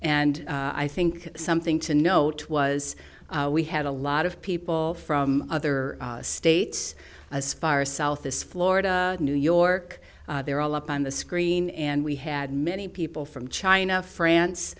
and i think something to note was we had a lot of people from other states as far south as florida new york they're all up on the screen and we had many people from china france